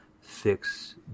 fix